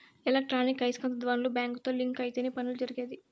electronic ఐస్కాంత ధ్వనులు బ్యాంకుతో లింక్ అయితేనే పనులు జరిగేది